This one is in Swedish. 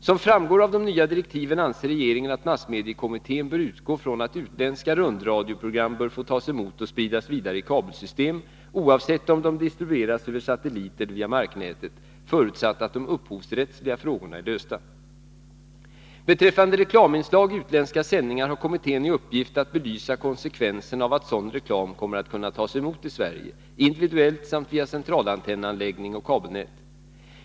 Som framgår av de nya direktiven anser regeringen att massmediekommittén bör utgå från att utländska rundradioprogram bör få tas emot och spridas vidare i kabelsystem oavsett om de distribueras över satellit eller via marknätet, förutsatt att de upphovsrättsliga frågorna är lösta. Beträffande reklaminslag i utländska sändningar har kommittén i uppgift att belysa konsekvenserna av att sådan reklam kommer att kunna tas emot i Sverige, individuellt samt via centralantennanläggning och kabelnät.